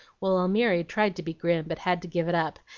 while almiry tried to be grim, but had to give it up,